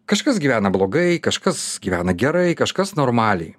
kažkas gyvena blogai kažkas gyvena gerai kažkas normaliai